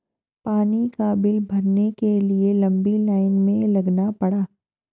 पानी का बिल भरने के लिए लंबी लाईन में लगना पड़ा